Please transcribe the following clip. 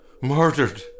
murdered